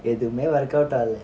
எதுமே:edhume workout ஆகல:aakala